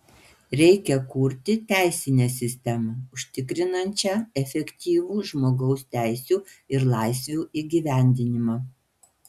reikia kurti teisinę sistemą užtikrinančią efektyvų žmogaus teisių ir laisvių įgyvendinimą